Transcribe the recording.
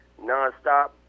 nonstop